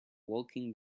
walking